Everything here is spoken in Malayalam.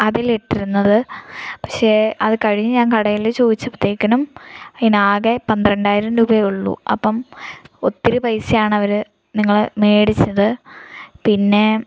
അതിൽ ഇട്ടിരുന്നത് പക്ഷേ അത് കഴിഞ്ഞു ഞാൻ കടയിൽ ചോദിച്ചപ്പോഴത്തേക്കിനും അതിനു ആകെ പന്ത്രണ്ടായിരം രൂപയേ ഉള്ളു അപ്പം ഒത്തിരി പൈസയാണ് അവർ നിങ്ങളെ മേടിച്ചത് പിന്നെ